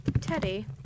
Teddy